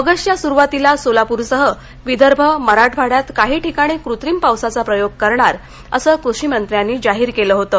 एगस्टच्या सुरूवातीला सोलाप्रसह विदर्भ मराठवाङ्यात काही ठिकाणी कृत्रिम पावसाचा प्रयोग करणार असं कृषीमंत्र्यांनी जाहीर केलं होतं